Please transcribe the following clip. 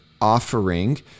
offering